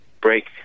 break